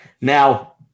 Now